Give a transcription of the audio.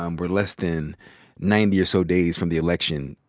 um we're less than ninety or so days from the election.